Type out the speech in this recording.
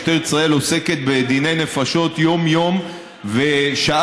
משטרת ישראל עוסקת בדיני נפשות יום-יום ושעה-שעה,